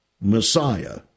Messiah